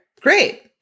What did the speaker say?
great